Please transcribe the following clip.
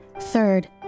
Third